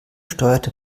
steuerte